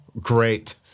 great